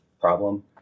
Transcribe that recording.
problem